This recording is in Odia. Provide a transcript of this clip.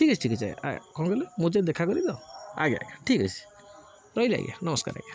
ଠିକ୍ ଅଛି ଠିକ୍ ଅଛି ଆଜ୍ଞା କଣ କହିଲେ ମୁଁ ଯାଇ ଦେଖା କରିବି ତ ଆଜ୍ଞା ଆଜ୍ଞା ଠିକ୍ ଅଛି ରହିଲି ଆଜ୍ଞା ନମସ୍କାର ଆଜ୍ଞା